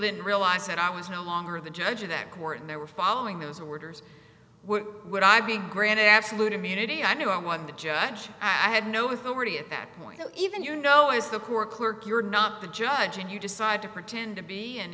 didn't realize that i was no longer the judge of that court and they were following those orders were would i be granted absolute immunity i knew i won the judge i had no authority at that point even you know as the poor clerk you're not the judge and you decide to pretend to be an